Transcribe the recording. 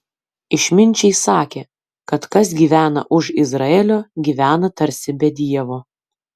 išminčiai sakė kad kas gyvena už izraelio gyvena tarsi be dievo